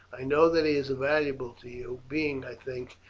i know that he is valuable to you, being, i think,